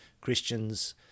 christians